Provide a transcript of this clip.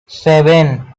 seven